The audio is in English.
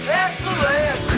excellent